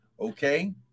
okay